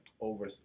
over